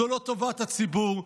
זה לא טובת הציבור.